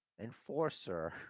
enforcer